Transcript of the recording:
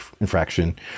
infraction